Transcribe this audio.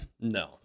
No